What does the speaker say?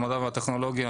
המדע והטכנולוגיה